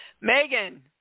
Megan